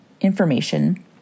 information